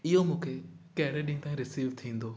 इहो मूंखे कहिड़े ॾींहं ताईं रिसीव थींदो